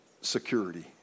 security